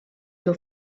seu